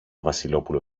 βασιλόπουλο